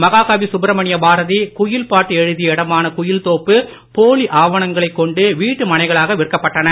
மகாகவி சுப்ரமணிய பாரதி குயில்பாட்டு எழுதிய இடமான குயில்தோப்பு போலி ஆவணங்களைக் கொண்டு வீட்டு மனைகளாக விற்கப்பட்டன